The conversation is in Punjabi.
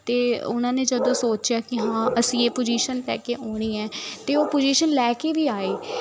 ਅਤੇ ਉਹਨਾਂ ਨੇ ਜਦੋਂ ਸੋਚਿਆ ਕਿ ਹਾਂ ਅਸੀਂ ਇਹ ਪੋਜ਼ੀਸ਼ਨ ਲੈ ਕੇ ਆਉਣੀ ਹੈ ਅਤੇ ਉਹ ਪੁਜ਼ੀਸ਼ਨ ਲੈ ਕੇ ਵੀ ਆਏ